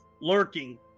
lurking